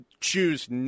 choose